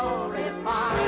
oh my